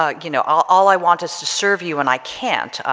ah you know all all i want is to serve you and i can't,